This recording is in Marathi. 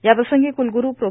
याप्रसंगी क्लग्रू प्रो